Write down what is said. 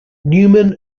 newman